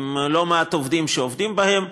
עם לא מעט עובדים שעובדים בהם,